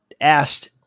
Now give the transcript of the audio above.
asked